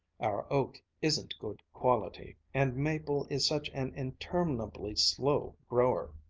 our oak isn't good quality, and maple is such an interminably slow grower.